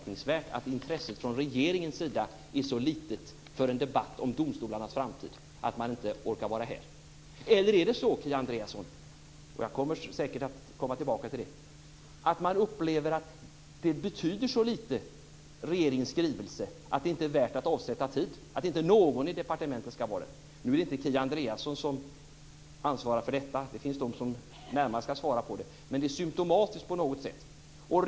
Jag vill gärna upprepa detta, och jag kommer att göra det flera gånger i kväll, i den mån jag får ha repliker. Eller är det så, Kia Andreasson, och jag kommer säkert att komma tillbaka till det, att man upplever att regeringens skrivelse betyder så lite att det inte är värt att avsätta tid för någon i departementet att vara här? Nu är det inte Kia Andreasson som ansvarar för detta. Det finns de som närmast ska svara på det. Men det är på något sätt symtomatiskt.